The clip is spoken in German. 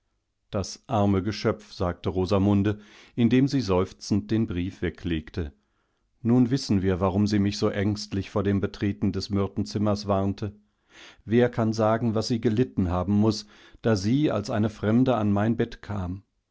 das arme geschöpf sagte rosamunde indem sie seufzend den brief weglegte nun wissen wir warum sie mich so ängstlich vor dem betreten des myrtenzimmers warnte wer kann sagen was sie gelitten haben muß da sie als eine fremde an mein bett kam